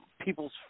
people's